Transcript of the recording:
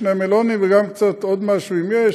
שני מלונים וגם קצת עוד משהו אם יש,